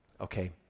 okay